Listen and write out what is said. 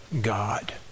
God